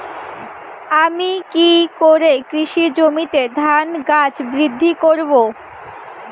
আমি কী করে কৃষি জমিতে ধান গাছ বৃদ্ধি করব?